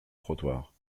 trottoir